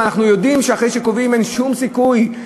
אבל אנחנו יודעים שאחרי שקובעים אין שום סיכוי,